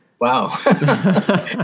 Wow